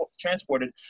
transported